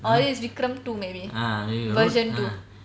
or it's Vikram two maybe version two